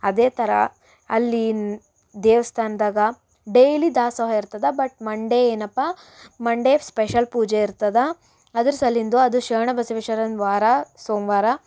ಅದೇ ಥರ ಅಲ್ಲಿ ದೇವಸ್ಥಾನದಾಗ ಡೈಲಿ ದಾಸೋಹ ಇರ್ತದ ಬಟ್ ಮಂಡೇ ಏನಪ್ಪಾ ಮಂಡೇ ಸ್ಪೆಷಲ್ ಪೂಜೆ ಇರ್ತದ ಅದ್ರ ಸಲಿಂದು ಅದು ಶರಣ ಬಸವೇಶ್ವರನ ವಾರ ಸೋಮವಾರ